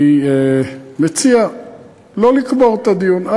אני מציע לא לקבור את הדיון.